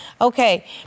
Okay